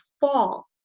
fall